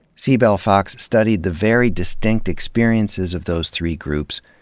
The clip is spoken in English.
cybelle fox studied the very distinct experiences of those three groups,